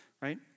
right